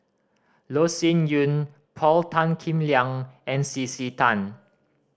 Loh Sin Yun Paul Tan Kim Liang and C C Tan